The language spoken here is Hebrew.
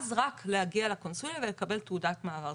ואז רק להגיע לקונסוליה ולקבל תעודת מעבר.